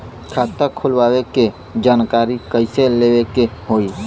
खाता खोलवावे के जानकारी कैसे लेवे के होई?